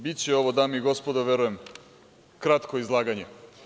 Biće ovo, dame i gospodo, verujem, kratko izlaganje.